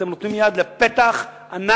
אתם נותנים יד לפתח ענק